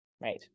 Right